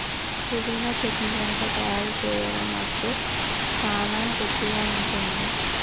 పుదీనా చట్నీ గనుక తయారు సేయడం అస్తే సానా రుచిగా ఉంటుంది